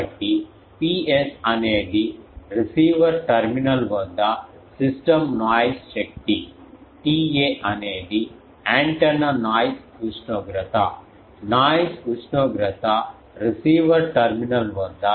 కాబట్టి Ps అనేది receiver terminal వద్ద సిస్టమ్ నాయిస్ శక్తి TA అనేది యాంటెన్నా నాయిస్ ఉష్ణోగ్రత నాయిస్ ఉష్ణోగ్రత రిసీవర్ టెర్మినల్ వద్ద